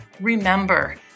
remember